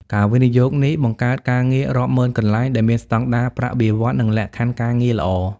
ការវិនិយោគនេះបង្កើតការងាររាប់ម៉ឺនកន្លែង ដែលមានស្ដង់ដារប្រាក់បៀវត្សរ៍ និងលក្ខខណ្ឌការងារល្អ។